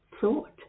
thought